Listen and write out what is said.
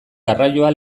garraioa